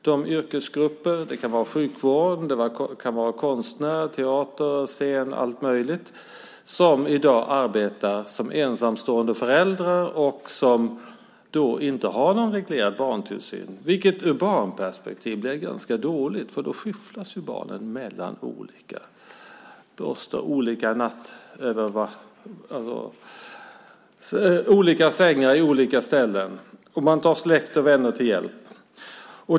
Människor som arbetar inom sjukvården, konstnärer, människor som arbetar inom teatern och alla möjliga och som är ensamstående föräldrar har inte någon reglerad barntillsyn, vilket ur ett barnperspektiv är ganska dåligt eftersom barnen då skyfflas mellan olika sängar på olika ställen. Och man tar släkt och vänner till hjälp.